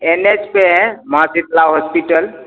N H पर है माँ शीतला हॉस्पिटल